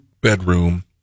bedroom